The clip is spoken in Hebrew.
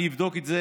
אני אבדוק את זה,